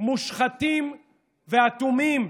מושחתים ואטומים,